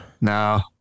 No